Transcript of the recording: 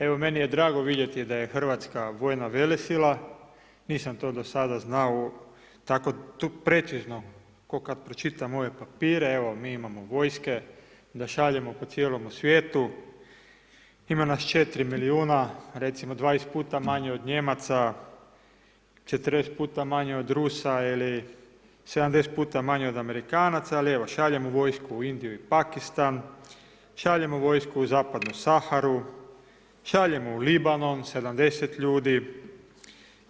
Evo meni je drago vidjeti da je Hrvatska vojna velesila, nisam to do sada znao, tako precizno, ko kad pročitam ove papire, evo mi, imamo vojske da šaljemo po cijelome svijetu, ima nas 4 milijuna, recimo 20x manje od Nijemaca, 40x manje od Rusa ili 70x manje od Amerikanaca, ali evo šaljemo vojsku u Indiju i Pakistan, šaljemo vojsku u Zapadnu Saharu, šaljemo u Libanon 70 ljudi,